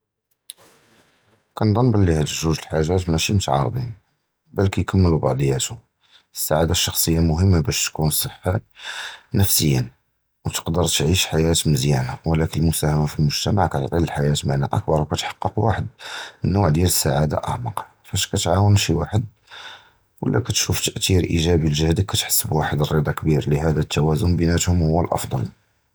כנְצַנּ בְּלִי הַדָּא זּוּז לְחַאגּוּת מַאשִי מִתְעַרְדִיפִין, בַּלַּאק יִכַּמְּלוּ בְּעַדִּיהוּם, הַסַּעָאדָה אֶל-פְרְסוֹנִיָּה מְהִם בַּשּׁ תִּקוּן סַח נַפְסִיָּאן וְתִּקַּדַּר תְּעַיִש חַיַּאת מְזִיּאַנָה, וְלָקִין הַמֻּסַהַמַה פִי הַמֻּגְתְמַע כִּתְעְטִין לַחַיַּאת מַעְנָא אַקְּבַּר וְכִתְחַקִּיק וַחְד נַוְּע לִסַּעָאדָה אַעְמָק, פַּאש כִּתְעַאוּן שִי וַחְד וְלָא כִּתְשּׁוּף תַּאְתִיר אַיְגַּבִּי לִגְהְּדְּכּ, כִּתְחַס בְּרִדָּא קְבִיר, לָדָּא הַתַּוַאזּוּן בֵּין הַנַּאס הוּוּ הַאַפְדַּל.